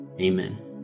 Amen